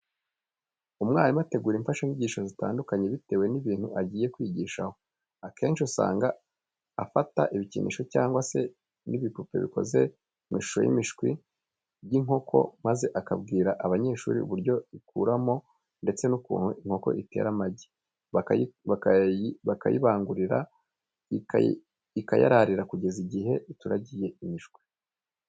Umwarimu ategura imfashanyigisho zitandukanye bitewe n'ibintu agiye kwigishaho. Akenshi usanga afata ibikinisho cyangwa se n'ibipupe bikoze mu ishusho y'imishwi y'inkoko maze akabwira abanyeshuri uburyo ikuramo ndetse n'ukuntu inkoko itera amagi, bakayibangurira, ikayararira kugera igihe ituragiye imishwi.